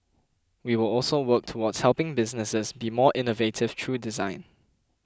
we will also work towards helping businesses be more innovative through design